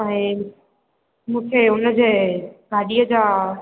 ऐं मूंखे उन जे भाॼीअ जा